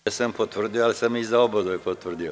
Jesam potvrdio, ali sam za oboje potvrdio.